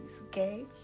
okay